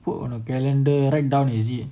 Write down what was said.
put on a calendar write down is it